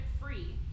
free